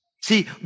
See